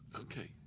Okay